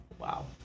Wow